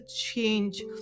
change